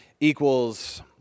equals